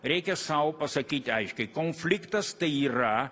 reikia sau pasakyti aiškiai konfliktas tai yra